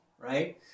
right